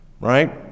right